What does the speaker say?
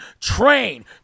train